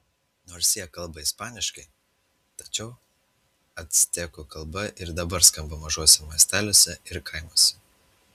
nors jie kalba ispaniškai tačiau actekų kalba ir dabar skamba mažuose miesteliuose ir kaimuose